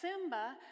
Simba